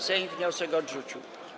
Sejm wniosek odrzucił.